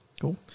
Cool